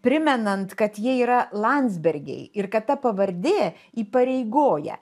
primenant kad jie yra landsbergiai ir kad ta pavardė įpareigoja